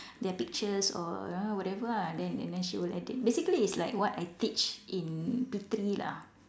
their pictures or you know whatever ah then and then she will edit basically it's like what I teach in P three lah